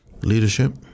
Leadership